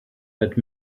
but